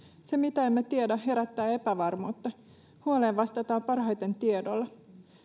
se mitä emme tiedä herättää epävarmuutta huoleen vastataan parhaiten tiedolla